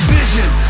Vision